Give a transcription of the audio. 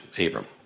Abram